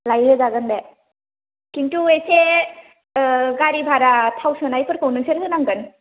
लाहैजागोन बे खिन्थु एसे गारि भारा थाव सोनायफोरखौ नोंसोर होनांगोन